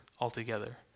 altogether